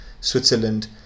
Switzerland